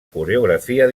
coreografia